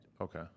Okay